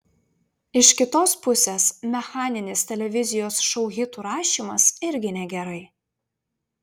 iš kitos pusės mechaninis televizijos šou hitų rašymas irgi negerai